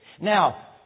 Now